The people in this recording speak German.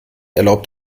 erlaubt